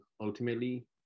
ultimately